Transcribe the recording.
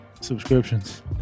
subscriptions